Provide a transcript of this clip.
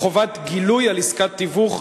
חובת גילוי על עסקת תיווך),